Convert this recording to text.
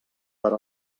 per